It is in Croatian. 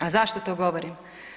A zašto to govorim?